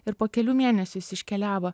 ir po kelių mėnesių jis iškeliavo